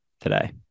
today